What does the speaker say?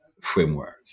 framework